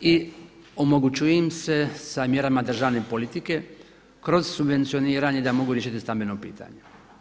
i omogućuje im se sa mjerama državne politike kroz subvencioniranje da mogu riješiti stambeno pitanje.